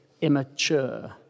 immature